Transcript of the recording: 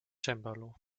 cembalo